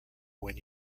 when